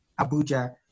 Abuja